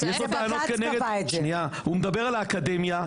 הוא מדבר על האקדמיה,